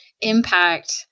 impact